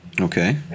Okay